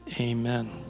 Amen